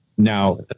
Now